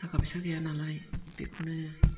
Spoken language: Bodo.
थाखा फैसा गैया नालाय बेखौनो